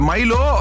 Milo